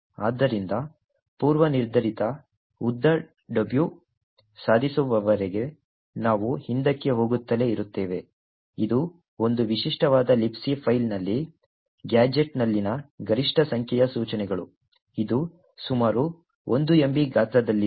ಆದ್ದರಿಂದ ಪೂರ್ವನಿರ್ಧರಿತ ಉದ್ದ W ಸಾಧಿಸುವವರೆಗೆ ನಾವು ಹಿಂದಕ್ಕೆ ಹೋಗುತ್ತಲೇ ಇರುತ್ತೇವೆ ಇದು ಒಂದು ವಿಶಿಷ್ಟವಾದ Libc ಫೈಲ್ನಲ್ಲಿ ಗ್ಯಾಜೆಟ್ನಲ್ಲಿನ ಗರಿಷ್ಠ ಸಂಖ್ಯೆಯ ಸೂಚನೆಗಳು ಇದು ಸುಮಾರು 1 MB ಗಾತ್ರದಲ್ಲಿದೆ